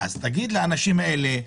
אז תגיד לאנשים האלה,